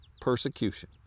persecution